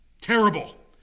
Terrible